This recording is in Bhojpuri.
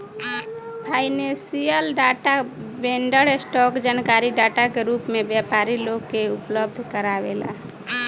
फाइनेंशियल डाटा वेंडर, स्टॉक जानकारी डाटा के रूप में व्यापारी लोग के उपलब्ध कारावेला